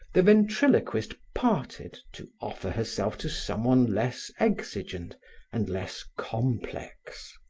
the ventriloquist parted to offer herself to someone less exigent and less complex.